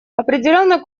определенный